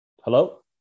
Hello